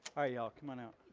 ah y'all. come on out.